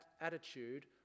attitude